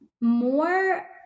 more